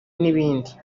n’ibindi